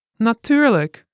Natuurlijk